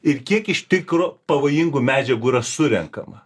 ir kiek iš tikro pavojingų medžiagų yra surenkama